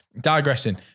Digressing